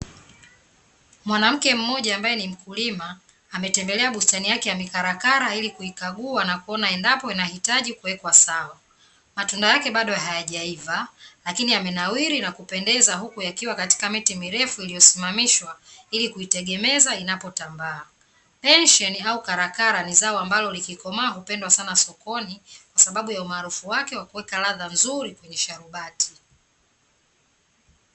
Mwanamke mmoja ambae ni mkulima ametembelea bustani yake ya mikarakara na kuikagua na kuona endapo unahitaji kuwekwa sawa. Matunda yake bado hayajaiva lakini yamenawiri na kupendeza, huku yakiwekwa katika miti mirefu iliyosimamishwa ili kuitegemeza inapotambaa. Pensheni au karakara ni zao ambalo likikomaa hupendwa sana sokoni, kwa sababu ya umarufu wake wa kuweka ladha nzuri kwenye sharubati .